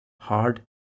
hard